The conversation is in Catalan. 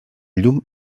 llum